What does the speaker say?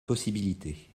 possibilité